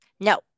No